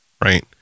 Right